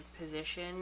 position